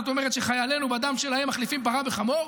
זאת אומרת שחיילינו בדם שלהם מחליפים פרה וחמור.